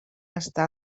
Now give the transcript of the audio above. està